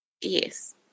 Yes